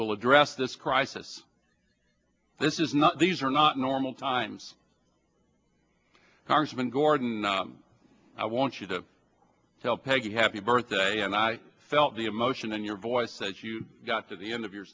will address this crisis this is not these are not normal times congressman gordon i want you to tell peggy happy birthday and i felt the emotion in your voice that you got to the end of your